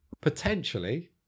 potentially